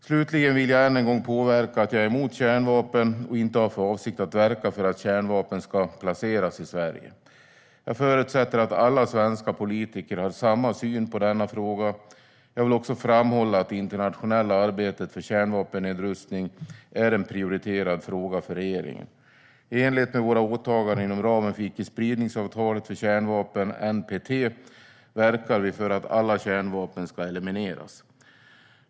Slutligen vill jag ännu en gång poängtera att jag är emot kärnvapen och inte har för avsikt att verka för att kärnvapen ska få placeras i Sverige. Jag förutsätter att alla svenska politiker har samma syn på denna fråga. Jag vill också framhålla att det internationella arbetet för kärnvapennedrustning är en prioriterad fråga för regeringen. I enlighet med våra åtaganden inom ramen för icke-spridningsavtalet för kärnvapen, NPT, verkar vi för att alla kärnvapen ska elimineras.